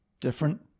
Different